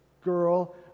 girl